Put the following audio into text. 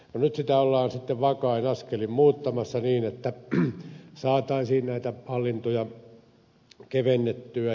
nyt sitä ollaan sitten vakain askelin muuttamassa niin että saataisiin näitä hallintoja kevennettyä